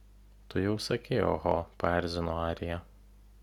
tu jau sakei oho paerzino arija